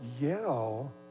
yell